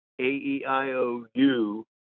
A-E-I-O-U